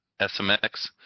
SMX